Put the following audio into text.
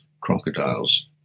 crocodiles